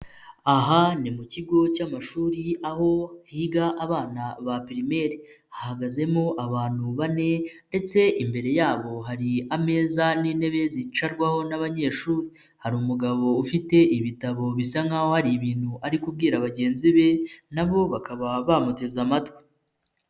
Aha ni mu kigo cy'amashuri aho higa abana ba pirirmeri, hahagazemo abantu bane ndetse imbere yabo hari ameza n'intebe zicarwaho n'abanyeshuri, hari umugabo ufite ibitabo bisa nk'aho hari ibintu ari kubwira bagenzi be, na bo bakaba bamuteze amatwi.